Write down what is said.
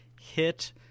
hit